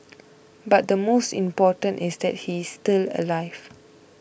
but the most important is that he's still alive